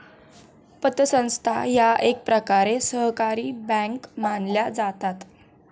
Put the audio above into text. पतसंस्था या एकप्रकारे सहकारी बँका मानल्या जातात